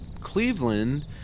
Cleveland